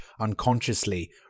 unconsciously